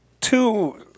two